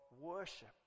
worship